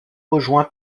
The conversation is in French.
rejoints